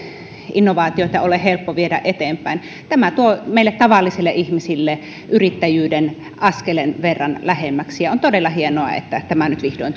innovaatioita ole helppo viedä eteenpäin tämä tuo meille tavallisille ihmisille yrittäjyyden askeleen verran lähemmäksi ja on todella hienoa että tämä nyt vihdoin